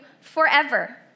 forever